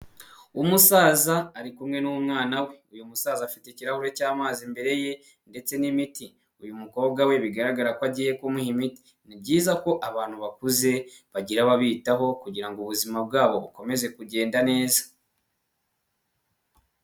Umusaza ari kumwe n'umwana we, uyu musaza afite ikirahure cy'amazi imbere ye ndetse n'imiti, uyu mukobwa we bigaragara ko agiyehati, ni byiza ko abantu bakuze bagira babitaho kugira ngo ubuzima bwabo bukomeze kugenda neza.